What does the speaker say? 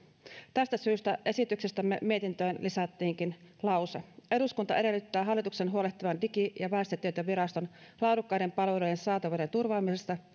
tästä syystä esityksestämme mietintöön lisättiinkin lause eduskunta edellyttää hallituksen huolehtivan digi ja väestötietoviraston laadukkaiden palveluiden saatavuuden turvaamisesta